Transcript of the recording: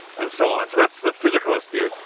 and so on, so that's the physical ah view,